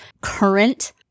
current